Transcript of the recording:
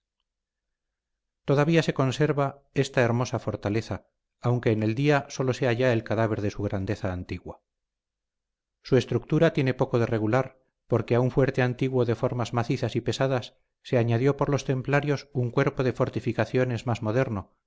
todavía se conserva esta hermosa fortaleza aunque en el día sólo sea ya el cadáver de su grandeza antigua su estructura tiene poco de regular porque a un fuerte antiguo de formas macizas y pesadas se añadió por los templarios un cuerpo de fortificaciones más moderno